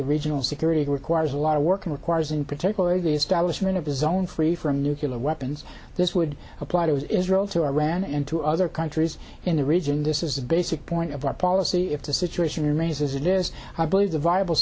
the regional security requires a lot of work and requires in particular the establishment of a zone free from nucular weapons this would apply to israel to iran and to other countries in the region this is the basic point of our policy if the situation remains as it is i believe the viable